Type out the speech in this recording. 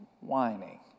whining